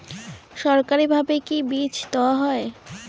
সরকারিভাবে কি বীজ দেওয়া হয়?